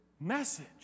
message